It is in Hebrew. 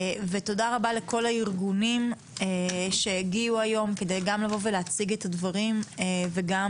תודה רבה לכל הארגונים שהגיעו היום כדי להציג את הדברים וגם